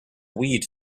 weed